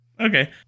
Okay